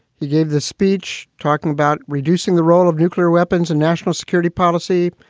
he gave the speech talking about reducing the role of nuclear weapons and national security policy.